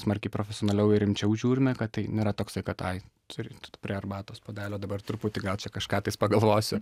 smarkiai profesionaliau ir rimčiau žiūrime kad tai nėra toksai kad ai turit prie arbatos puodelio dabar truputį gal čia kažką tais pagalvosiu